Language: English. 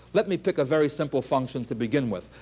let me pick a very simple function to begin with.